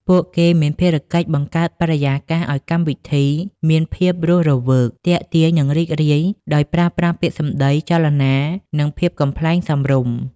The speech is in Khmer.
ពួកគេមានភារកិច្ចបង្កើតបរិយាកាសឱ្យកម្មវិធីមានភាពរស់រវើក ទាក់ទាញ និងរីករាយ ដោយប្រើប្រាស់ពាក្យសម្ដី ចលនា និងភាពកំប្លែងសមរម្យ។